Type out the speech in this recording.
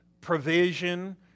provision